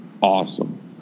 awesome